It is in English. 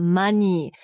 money